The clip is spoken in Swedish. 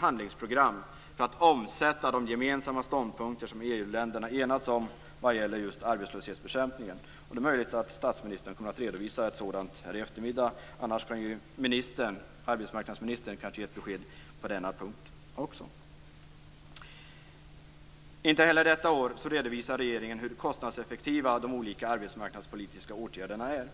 handlingsprogram för att omsätta de gemensamma ståndpunkter som EU-länderna enats om vad gäller arbetslöshetsbekämpningen. Det är möjligt att statsministern kommer att redovisa ett sådant här i eftermiddag. Annars kan kanske arbetsmarknadsministern också ge ett besked på denna punkt. Inte heller detta år redovisar regeringen hur kostnadseffektiva de olika arbetsmarknadspolitiska åtgärderna är.